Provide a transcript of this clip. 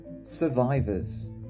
survivors